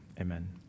Amen